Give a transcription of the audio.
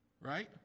Right